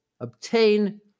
obtain